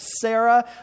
Sarah